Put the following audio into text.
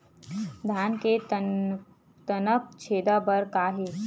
धान के तनक छेदा बर का हे?